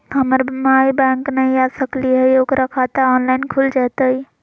हमर माई बैंक नई आ सकली हई, ओकर खाता ऑनलाइन खुल जयतई?